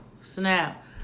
snap